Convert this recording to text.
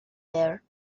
there